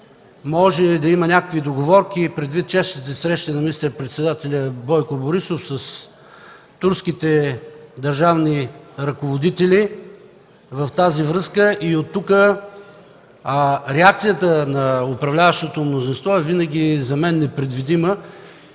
може да има някакви договорки, предвид честите срещи на министър-председателя Бойко Борисов с турските държавни ръководители. В тази връзка тук реакцията на управляващото мнозинство за мен винаги е непредвидима.